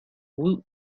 woot